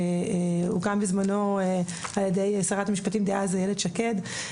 שהוקם בזמנו על ידי שרת המשפטים דאז איילת שקד.